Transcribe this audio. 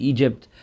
Egypt